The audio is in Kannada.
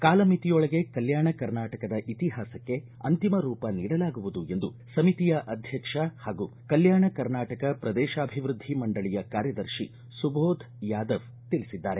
ಕಾಲಮಿತಿಯೊಳಗೆ ಕಲ್ಹಾಣ ಕರ್ನಾಟಕದ ಇತಿಹಾಸಕ್ಕೆ ಅಂತಿಮ ರೂಪ ನೀಡಲಾಗುವುದು ಎಂದು ಸಮಿತಿಯ ಅಧ್ಯಕ್ಷ ಹಾಗೂ ಕಲ್ಯಾಣ ಕರ್ನಾಟಕ ಪ್ರದೇಶಾಭಿವೃದ್ಧಿ ಮಂಡಳಿಯ ಕಾರ್ಯದರ್ಶಿ ಸುಬೋಧ ಯಾದವ್ ತಿಳಿಸಿದ್ದಾರೆ